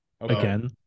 Again